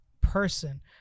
person